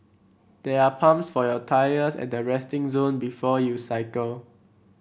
there are pumps for your tyres at the resting zone before you cycle